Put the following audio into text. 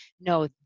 no